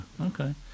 okay